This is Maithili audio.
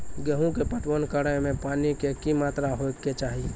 गेहूँ के पटवन करै मे पानी के कि मात्रा होय केचाही?